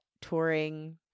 touring